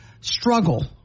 struggle